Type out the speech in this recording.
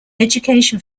education